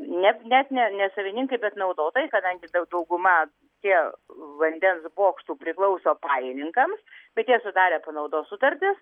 net net ne ne savininkai bet naudotojai kadangi dau dauguma tie vandens bokštų priklauso pajininkams bet jie sudarę panaudos sutartis